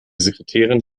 sekretärin